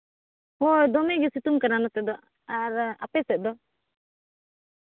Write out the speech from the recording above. ᱦᱳᱭ ᱫᱚᱢᱮ ᱜᱮ ᱥᱤᱛᱩᱝ ᱠᱟᱱᱟ ᱱᱚᱛᱮ ᱫᱚ ᱟᱨ ᱟᱯᱮ ᱥᱮᱫ ᱫᱚ